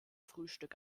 frühstück